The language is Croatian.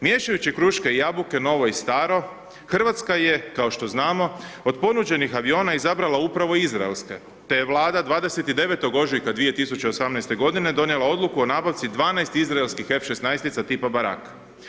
Miješajući kruške i jabuke, novo i staro, Hrvatska je kao što znamo, od ponuđenih aviona, izabrala upravo izraelske, te je vlada 29. ožujka 2018. g. donijela odluku o nabavci 12 izraelskih F 16 tipa baraka.